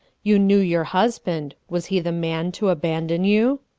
you knew your husband. was he the man to abandon you?